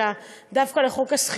אלא דווקא על חוק השכירות.